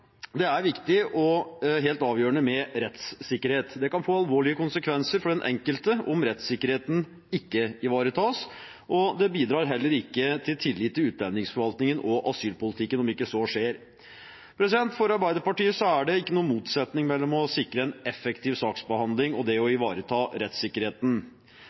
Det er viktig og helt avgjørende med rettssikkerhet. Det kan få alvorlige konsekvenser for den enkelte om rettssikkerheten ikke ivaretas, og det bidrar heller ikke til tillit til utlendingsforvaltningen og asylpolitikken om så ikke skjer. For Arbeiderpartiet er det ikke noen motsetning mellom det å sikre en effektiv saksbehandling og det å ivareta rettssikkerheten.